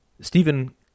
Stephen